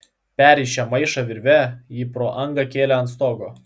perrišę maišą virve jį pro angą kėlė ant stogo